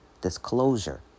Disclosure